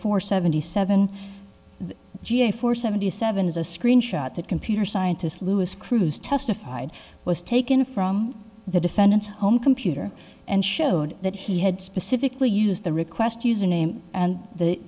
for seventy seven ga for seventy seven is a screenshot that computer scientist lewis cruz testified was taken from the defendant's home computer and showed that he had specifically used the request username and the